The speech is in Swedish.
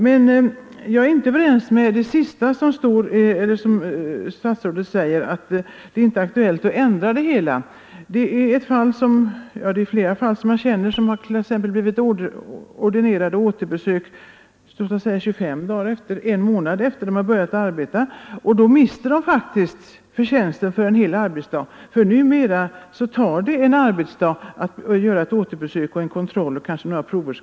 Jag är dock inte överens med statsrådet om vad han säger i slutet av svaret, att det inte är aktuellt att ändra bestämmelserna. Jag känner till flera fall där sjuka har blivit ordinerade återbesök låt oss säga 25 dagar eller en månad efter det att de börjat arbeta igen, och då mister de faktiskt förtjänsten för en hel arbetsdag. Numera tar det nämligen en hel arbetsdag att göra ett återbesök för en kontroll och kanske några prover.